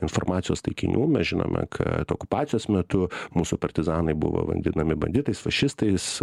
informacijos taikinių mes žinome kad okupacijos metu mūsų partizanai buvo vadinami banditais fašistais